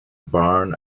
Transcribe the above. barn